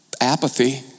apathy